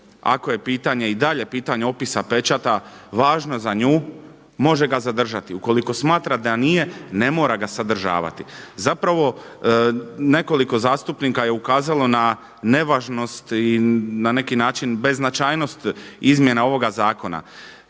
ako je pitanje i dalje pitanje opisa pečata važno za nju može ga zadržati. Ukoliko smatra da nije ne mora ga sadržavati. Zapravo nekoliko zastupnika je ukazalo na nevažnost i na neki način bez značajnost izmjena ovoga zakona.